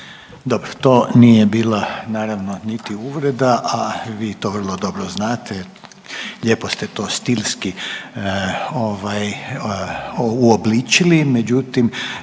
Dobro, to nije bila naravno niti uvreda, a vi to vrlo dobro znate. Lijepo ste to stilski ovaj uobličili međutim